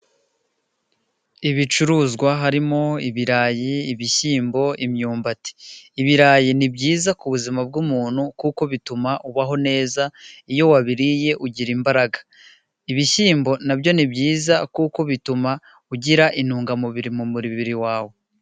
Ibicuruzwa harimo ibirayi, ibishyimbo, imyumbati. Ibirayi, ni byiza ku buzima bw'umuntu, kuko bituma ubaho neza, iyo wabiriye ugira imbaraga. Ibishyimbo na byo ni byiza kuko bituma ugira intungamubiri mu mubiri wawe.